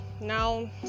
now